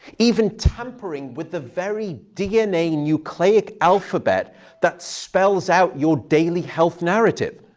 even tampering with the very dna nucleic alphabet that spells out your daily health narrative.